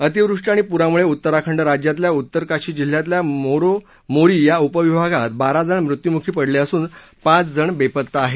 अतिवृष्टी आणि पुरामुळे उत्तराखंड राज्यातल्या उत्तर काशी जिल्ह्यातल्या मोरी या उपविभागात बाराजण मृत्युमुखी पडले असून पाचजण बेपत्ता आहेत